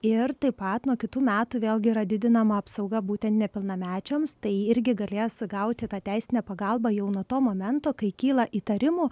ir taip pat nuo kitų metų vėlgi yra didinama apsauga būtent nepilnamečiams tai irgi galės gauti tą teisinę pagalbą jau nuo to momento kai kyla įtarimų